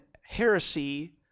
heresy